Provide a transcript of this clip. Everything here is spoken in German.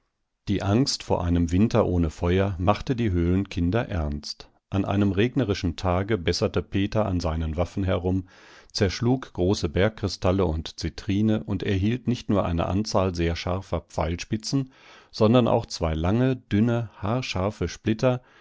die angst vor einem winter ohne feuer machte die höhlenkinder ernst an einem regnerischen tage besserte peter an seinen waffen herum zerschlug große bergkristalle und zitrine und erhielt nicht nur eine anzahl sehr scharfer pfeilspitzen sondern auch zwei lange dünne haarscharfe splitter